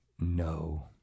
No